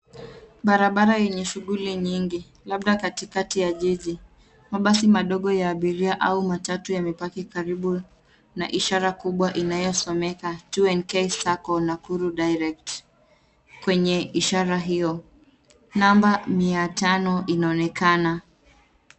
Barabara yenye shughuli nyingi labda katikati ya jiji. Mabasi madogo ya abiria au matatu yamepaki karibu na ishara kubwa inayosomeka 2NK Sacco Nakuru Direct. Kwenye ishara hiyo namba mia tano inaonekana.